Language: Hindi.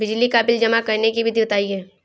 बिजली का बिल जमा करने की विधि बताइए?